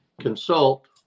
consult